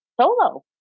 solo